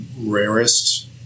rarest